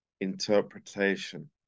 interpretation